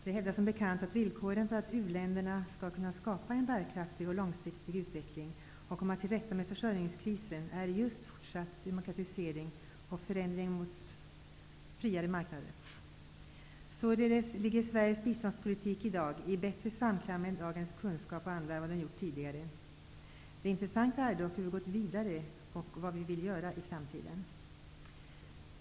De hävdar som bekant att villkoren för att uländerna skall kunna skapa en bärkraftig och långsiktig utveckling och komma till rätta med försörjningskrisen är just fortsatt demokratisering och förändring mot friare marknader. Således ligger Sveriges biståndspolitik i dag i bättre samklang med dagens kunskap och anda än vad den gjort tidigare. Det intressanta är dock hur vi går vidare och vad vi vill göra i framtiden.